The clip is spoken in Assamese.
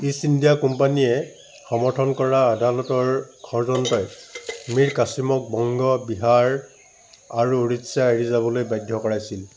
ইষ্ট ইণ্ডিয়া কোম্পানীয়ে সমৰ্থন কৰা আদালতৰ ষড়যন্ত্ৰই মিৰ কাছিমক বংগ বিহাৰ আৰু উৰিষ্যা এৰি যাবলৈ বাধ্য কৰাইছিল